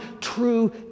true